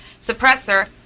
suppressor